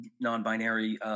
non-binary